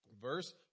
Verse